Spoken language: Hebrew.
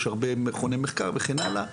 יש הרבה מכוני מחקר וכן הלאה,